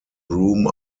broom